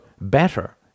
better